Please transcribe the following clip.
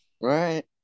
right